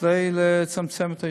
כדי לצמצם את העישון.